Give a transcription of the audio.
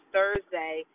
Thursday